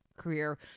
Career